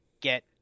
get